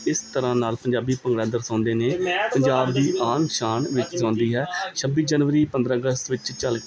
ਇਸ ਤਰ੍ਹਾਂ ਨਾਲ ਪੰਜਾਬੀ ਭੰਗੜਾ ਦਰਸਾਉਂਦੇ ਨੇ ਪੰਜਾਬ ਦੀ ਆਨ ਸ਼ਾਨ ਵਿੱਚ ਸਨਾਉਂਦੀ ਹੈ ਛੱਬੀ ਜਨਵਰੀ ਪੰਦਰ੍ਹਾਂ ਅਗਸਤ ਵਿੱਚ ਚਲ